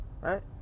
right